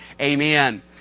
Amen